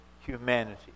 humanity